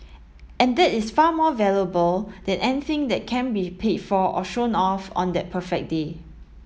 and that is far more valuable than anything that can be paid for or shown off on that perfect day